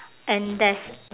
and there's